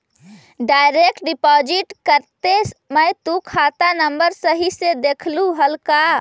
Direct deposit करते समय तु खाता नंबर सही से देखलू हल का?